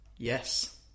Yes